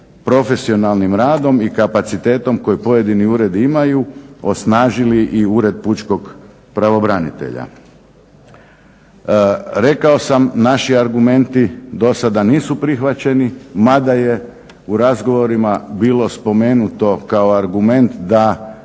profesionalnim radom i kapacitetom koji pojedini uredi imaju osnažili i Ured pučkog pravobranitelja. Rekao sam naši argumenti do sada nisu prihvaćeni, mada je u razgovorima bilo spomenuto kao argument da